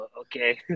Okay